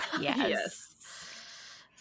Yes